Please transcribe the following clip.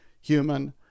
human